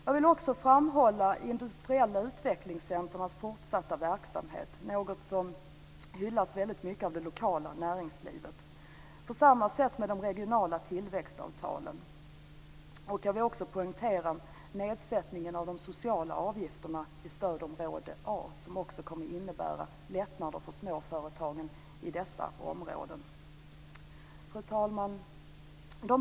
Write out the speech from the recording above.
Jag vill också framhålla de industriella utvecklingscentrumens fortsatta verksamhet, något som hyllas väldigt mycket av det lokala näringslivet. Det är på samma sätt med de regionala tillväxtavtalen. Jag vill också poängtera nedsättningen av de sociala avgifterna i stödområde A, som också kommer att innebära lättnader för småföretagen i dessa områden. Fru talman!